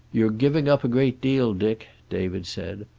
you're giving up a great deal, dick, david said.